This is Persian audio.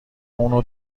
اونو